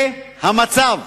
זה המצב.